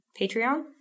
Patreon